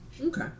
Okay